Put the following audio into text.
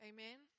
Amen